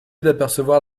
d’apercevoir